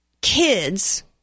kids